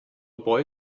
boy